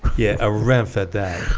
yeah a ramp at that